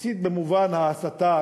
מסית במובן ההסתה,